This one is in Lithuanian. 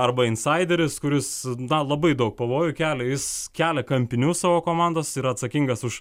arba insaideris kuris na labai daug pavojų kelia jis kelia kampinius savo komandos yra atsakingas už